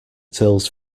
tills